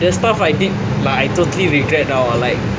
there's stuff I did like I totally regret now ah like